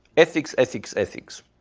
ethics, ethics, ethics.